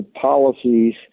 policies